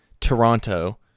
Toronto